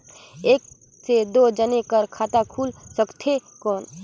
एक से दो जने कर खाता खुल सकथे कौन?